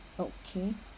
okay